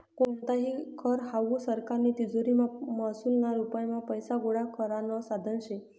कोणताही कर हावू सरकारनी तिजोरीमा महसूलना रुपमा पैसा गोळा करानं साधन शे